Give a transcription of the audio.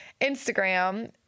Instagram